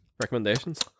Recommendations